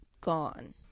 gone